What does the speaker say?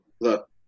look